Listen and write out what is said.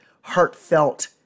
heartfelt